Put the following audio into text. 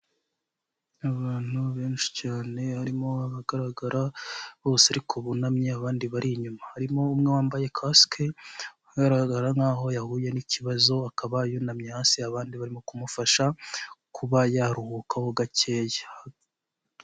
Abantu benshi cyane harimo abagaragara bose ariko bunamye abandi bari inyuma harimo umwe wambaye kasike, ugaragara nkaho yahuye n'ikibazo akaba yunamye hasi abandi barimo kumufasha kuba yaruhukaho gakeya.